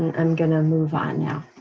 i'm gonna move on now.